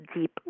deep